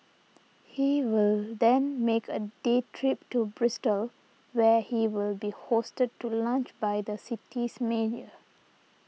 he will then make a day trip to Bristol where he will be hosted to lunch by the city's mayor